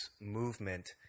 movement